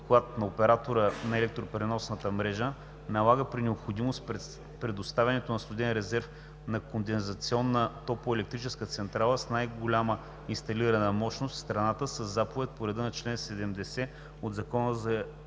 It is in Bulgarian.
доклад на оператора на електропреносната мрежа налага при необходимост предоставянето на студен резерв на кондензационна топлоелектрическа централа с най-голяма инсталирана мощност в страната със заповед по реда на чл. 70 от Закона за